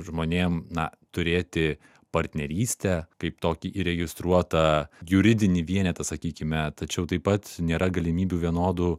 žmonėm na turėti partnerystę kaip tokį įregistruotą juridinį vienetą sakykime tačiau taip pat nėra galimybių vienodų